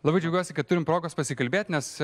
labai džiaugiuosi kad turim progos pasikalbėt nes